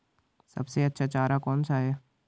सबसे अच्छा चारा कौन सा है?